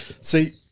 See